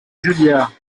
juliards